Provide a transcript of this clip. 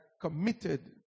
committed